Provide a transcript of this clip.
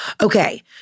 Okay